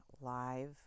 live